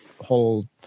whole